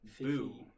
boo